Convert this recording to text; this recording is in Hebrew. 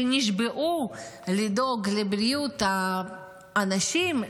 שנשבעו לדאוג לבריאות האנשים,